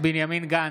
בנימין גנץ,